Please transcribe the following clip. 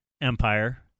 empire